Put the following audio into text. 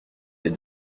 des